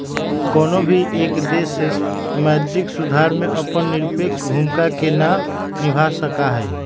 कौनो भी एक देश मौद्रिक सुधार में अपन निरपेक्ष भूमिका के ना निभा सका हई